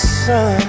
sun